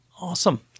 Awesome